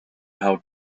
how